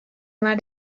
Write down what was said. mar